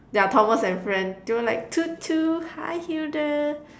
yeah Thomas-and-friends they were like toot toot hi Hilda